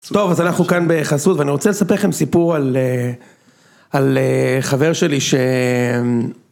טוב אז אנחנו כאן בחסות ואני רוצה לספר לכם סיפור על חבר שלי ש...